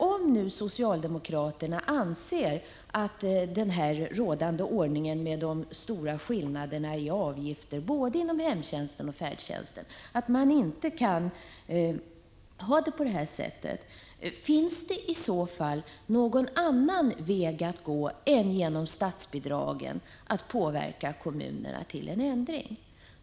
Om nu socialdemokraterna anser att den rådande ordningen, med de stora skillnaderna i avgifter inom både hemtjänst och färdtjänst, inte kan bestå, finns det i så fall någon annan väg att gå än genom statsbidragen för att påverka kommunerna till en ändring?